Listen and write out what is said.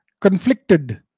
conflicted